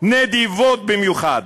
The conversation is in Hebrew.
נדיבות במיוחד,